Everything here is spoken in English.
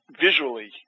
visually